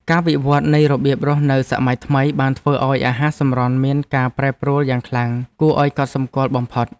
ការវិវត្តនៃរបៀបរស់នៅសម័យថ្មីបានធ្វើឱ្យអាហារសម្រន់មានការប្រែប្រួលយ៉ាងខ្លាំងគួរឱ្យកត់សម្គាល់បំផុត។